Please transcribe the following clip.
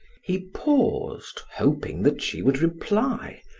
he paused, hoping that she would reply,